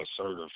assertive